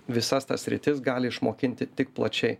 visas tas sritis gali išmokinti tik plačiai